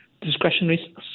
discretionary